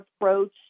approach